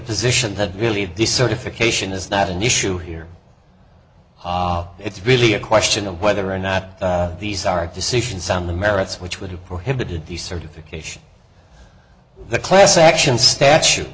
position that really the certification is not an issue here it's really a question of whether or not these are decisions on the merits which would have prohibited the certification the class action statute